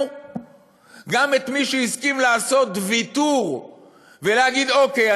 גם את מי שהסכים לעשות ויתור ולהגיד: אוקיי,